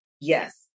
yes